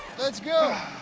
let's go.